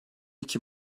iki